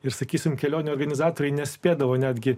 ir sakysime kelionių organizatoriai nespėdavo netgi